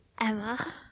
Emma